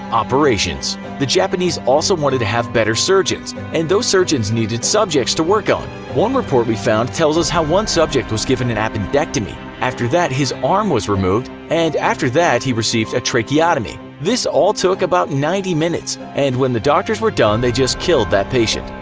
operations the japanese japanese also wanted to have better surgeons, and those surgeons needed subjects to work on. one report found tells us how one subject was given an appendectomy. after that, his arm was removed and after that he received a tracheotomy. this all took about ninety minutes and when the doctors were done, they just killed that patient.